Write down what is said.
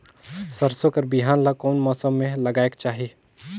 सरसो कर बिहान ला कोन मौसम मे लगायेक चाही?